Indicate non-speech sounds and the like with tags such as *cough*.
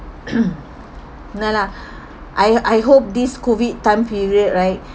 *coughs* no lah I I hope this COVID time period right